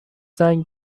زنگ